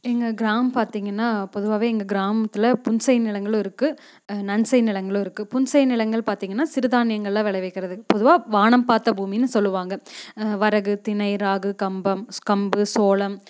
எங்கள் கிராமம் பார்த்தீங்கன்னா பொதுவாகவே எங்கள் கிராமத்தில் புன்செய் நிலங்களும் இருக்குது நன்செய் நிலங்களும் இருக்குது புன்செய் நிலங்கள் பார்த்தீங்கன்னா சிறுதானியங்கள்லாம் விளைவிக்கிறது பொதுவாக வானம் பார்த்த பூமின்னு சொல்வாங்க வரகு தினை ராகி கம்பம் கம்பு சோளம்